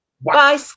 Bye